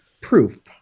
proof